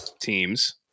teams